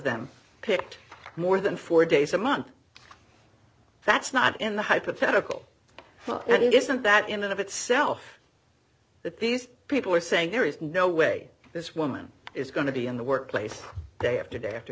them picked more than four days a month that's not in the hypothetical it isn't that in and of itself that these people are saying there is no way this woman is going to be in the workplace day after day after